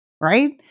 right